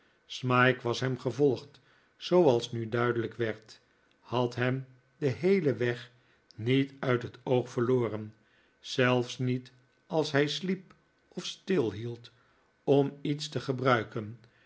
smike was hem gevolgd zooals nu duidelijk werd had hem den heelen weg niet uit het oog verloren zelfs niet als hij sliep of stilhield om iets te gebruiken